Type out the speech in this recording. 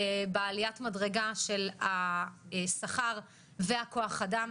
בעליית מדרגה של השכר וכוח האדם.